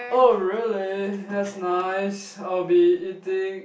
oh really that's nice I will be eating